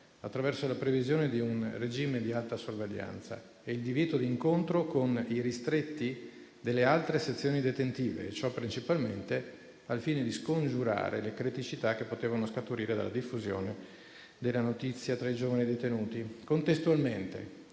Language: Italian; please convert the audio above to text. attraverso la previsione di un regime di alta sorveglianza e il divieto di incontro con i ristretti nelle altre sezioni detentive, ciò principalmente al fine di scongiurare le criticità che potevano scaturire dalla diffusione della notizia tra i giovani detenuti. Contestualmente